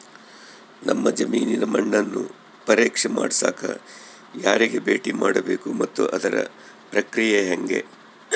ನಮ್ಮ ಜಮೇನಿನ ಮಣ್ಣನ್ನು ಪರೇಕ್ಷೆ ಮಾಡ್ಸಕ ಯಾರಿಗೆ ಭೇಟಿ ಮಾಡಬೇಕು ಮತ್ತು ಅದರ ಪ್ರಕ್ರಿಯೆ ಹೆಂಗೆ?